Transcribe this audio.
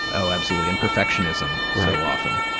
oh, absolutely. and perfectionism so often.